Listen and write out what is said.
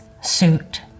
suit